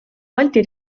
balti